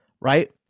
Right